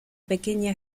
pequeña